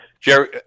Jerry